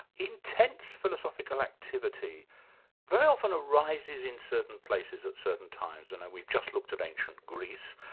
intense philosophical activity very often arises in certain places at certain times, and we just looked at ancient greece,